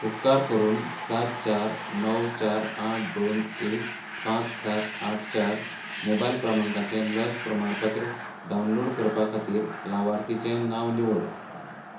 उपकार करून सात चार णव चार आठ दोन एक पांच सात आठ चार मोबायल क्रमांकचें लस प्रमाणपत्र डावनलोड करपा खातीर लावार्थिचें नांव निवड